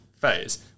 phase